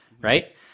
Right